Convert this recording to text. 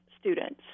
students